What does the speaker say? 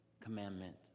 commandment